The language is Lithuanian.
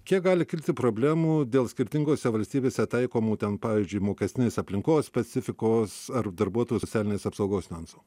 kiek gali kilti problemų dėl skirtingose valstybėse taikomų ten pavyzdžiui mokestinės aplinkos specifikos ar darbuotojų socialinės apsaugos niuansų